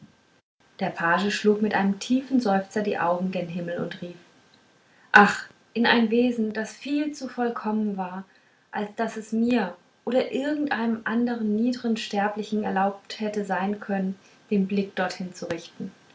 der page schlug mit einem tiefen seufzer die augen gen himmel und rief ach in ein wesen das viel zu vollkommen war als daß es mir oder irgendeinem andern niedern sterblichen erlaubt hätte sein können den blick dorthin zu richten